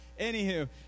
Anywho